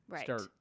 start